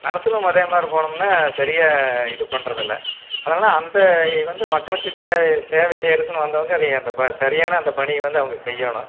நர்ஸ்களும் அதே மாதிரி போனோம்னால் சரியாக இது பண்ணுறது இல்லை அதனால் அந்த வந்து மக்களுக்கு தே சேவை செய்கிறதுக்குனு வந்தவங்க சரியான அந்த பணியைவந்து அவங்க செய்யணும்